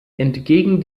entgegen